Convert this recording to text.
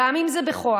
גם אם זה בכוח.